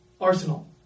Arsenal